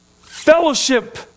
fellowship